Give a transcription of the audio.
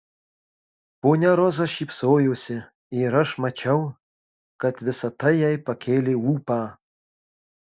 ponia roza šypsojosi ir aš mačiau kad visa tai jai pakėlė ūpą